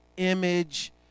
image